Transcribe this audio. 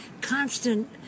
constant